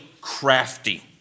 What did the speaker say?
crafty